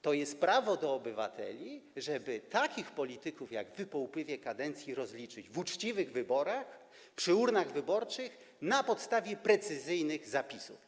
To jest prawo do obywateli, żeby takich polityków jak wy po upływie kadencji rozliczyć w uczciwych wyborach przy urnach wyborczych na podstawie precyzyjnych zapisów.